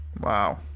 Wow